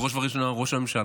בראש ובראשונה ראש הממשלה,